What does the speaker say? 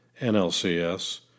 NLCS